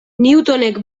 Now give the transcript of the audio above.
newtonek